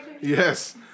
Yes